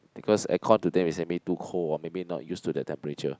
because air con to them is maybe too cold or maybe not used to the temperature